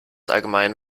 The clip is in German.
allgemein